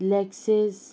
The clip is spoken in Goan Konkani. लॅक्सीस